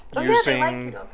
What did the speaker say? using